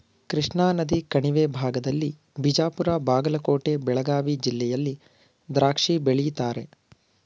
ಕೃಷ್ಣಾನದಿ ಕಣಿವೆ ಭಾಗದಲ್ಲಿ ಬಿಜಾಪುರ ಬಾಗಲಕೋಟೆ ಬೆಳಗಾವಿ ಜಿಲ್ಲೆಯಲ್ಲಿ ದ್ರಾಕ್ಷಿ ಬೆಳೀತಾರೆ